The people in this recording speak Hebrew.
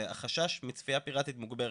החשש מצפיה פיראטית מוגברת.